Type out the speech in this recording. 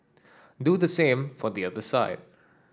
do the same for the other side